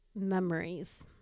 memories